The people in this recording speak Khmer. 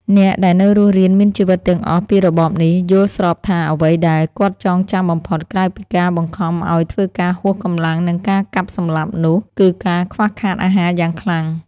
អ្នក ដែលនៅរស់រានមានជីវិតទាំងអស់ពីរបបនេះ យល់ស្របថា អ្វីដែល គាត់ចងចាំបំផុតក្រៅពីការបង្ខំឱ្យធ្វើការហួសកម្លាំងនិងការកាប់សម្លាប់ នោះ គឺការខ្វះខាតអាហារយ៉ាងខ្លាំង ។